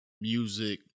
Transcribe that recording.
music